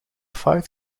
five